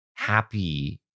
happy